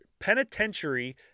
Penitentiary